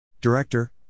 Director